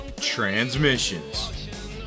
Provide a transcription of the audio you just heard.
Transmissions